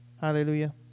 Hallelujah